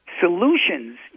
solutions